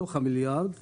מתוך המיליארד ₪,